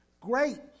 great